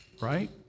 right